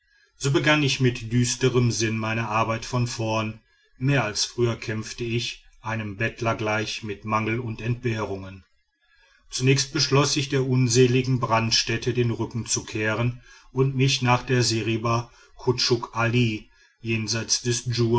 so begann ich mit düsterm sinn meine arbeit von vorn mehr als früher kämpfte ich einem bettler gleich mit mangel und entbehrungen zunächst beschloß ich der unseligen brandstätte den rücken zu kehren und mich nach der seriba kutschuk ali jenseits des